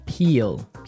Peel